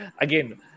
Again